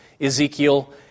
Ezekiel